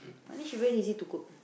I think she very lazy to cook